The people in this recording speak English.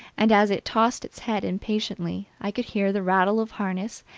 and, as it tossed its head impatiently, i could hear the rattle of harness,